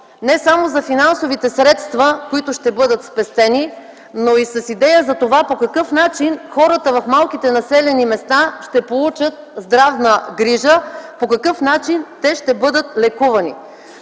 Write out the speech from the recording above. не само за финансовите средства, които ще бъдат спестени, и с идея по какъв начин хората в малките населени места ще получат здравна грижа, по какъв начин ще бъдат лекувани.